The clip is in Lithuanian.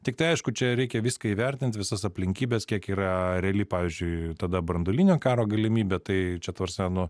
tiktai aišku čia reikia viską įvertint visas aplinkybes kiek yra reali pavyzdžiui tada branduolinio karo galimybė tai čia ta prasme nu